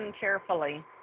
carefully